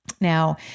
Now